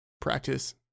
practice